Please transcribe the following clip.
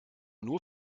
nur